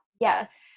Yes